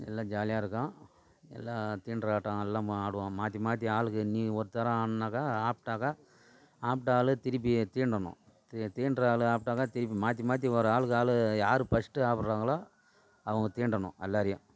எல்லாம் ஜாலியாக இருக்கும் எல்லாம் தீண்ட்ர ஆட்டம் எல்லாம் ஆடுவோம் மாற்றி மாற்றி ஆளுக்கு நீ ஒருதடவ ஆடுனாக்க ஆப்டாக்க ஆப்ட ஆள் திருப்பி தீண்டனும் தீண்ட்ர ஆள் ஆப்டாக்க திருப்பி மாற்றி மாற்றி ஒரு ஆளுக்கு ஆள் யார் ஃபர்ஸ்டு ஆப்பட்ராங்களோ அவங்க தீண்டனும் அல்லாரையும்